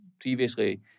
previously